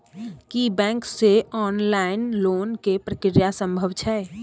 की bank से online loan के प्रक्रिया संभव छै?